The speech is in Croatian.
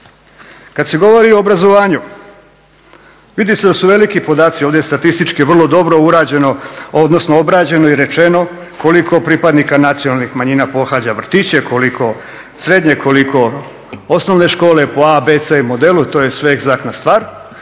Kad se govori o obrazovanju vidi se da su veliki podaci ovdje statistički vrlo dobro urađeno, odnosno obrađeno i rečeno koliko pripadnika nacionalnih manjina pohađa vrtiće, koliko srednje, koliko osnovne škole po A, B, C modelu. To je sve egzaktna star.